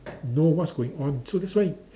know what's going on so that's why